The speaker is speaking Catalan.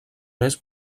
més